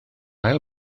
ail